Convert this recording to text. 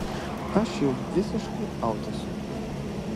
aš jau visiškai aut esu